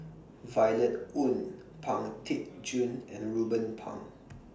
Violet Oon Pang Teck Joon and Ruben Pang